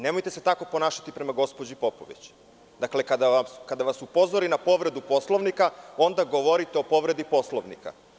Nemojte se tako ponašati prema gospođi Popović kada vas upozori na povredu Poslovnika, onda govorite o povredi Poslovnika.